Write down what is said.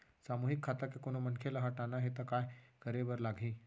सामूहिक खाता के कोनो मनखे ला हटाना हे ता काय करे बर लागही?